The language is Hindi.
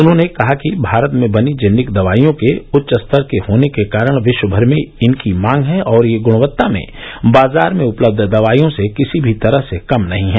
उन्होंने कहा कि भारत में बनी जेनरिक दवाइयां उच्चस्तर की होने के कारण विश्वभर में इनकी मांग है और ये गुणवत्ता में बाजार में उपलब्ध दवाइयों से किसी भी तरह से कम नहीं हैं